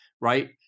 right